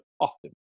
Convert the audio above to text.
often